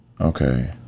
Okay